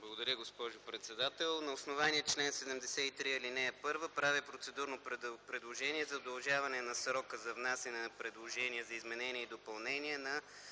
Благодаря, госпожо председател. На основание чл. 73, ал. 1 правя процедурно предложение за удължаване на срока за внасяне на предложения за изменения и допълнения на